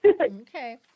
Okay